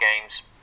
games